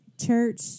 church